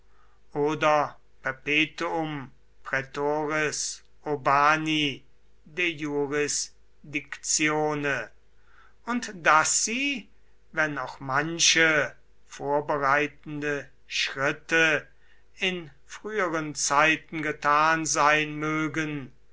und daß sie wenn auch manche vorbereitende schritte in früheren zeiten getan sein mögen